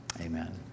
Amen